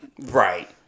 Right